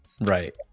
Right